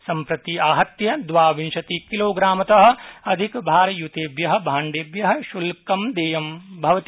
सम्प्रति आहत्य द्वा विंशति किलोग्रामत अधिक भारयुतेभ्य भाण्डेभ्य श्र्ल्कं देयं भवति